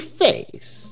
face